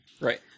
Right